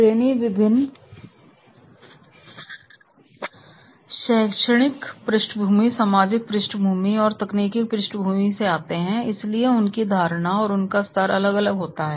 trainee विभिन्न शैक्षणिक पृष्ठभूमि सामाजिक पृष्ठभूमि और तकनीकी पृष्ठभूमि से आते हैं इसलिए उनकी धारणा और उनका स्तर अलग अलग होता है